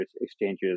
exchanges